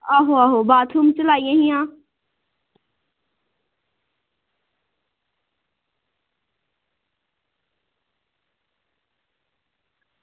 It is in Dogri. आहो आहो बाथरूम च लाइयां हियां